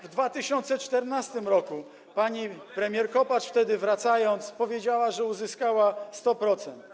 W 2014 r. pani premier Kopacz wtedy, wracając, powiedziała, że uzyskała 100%.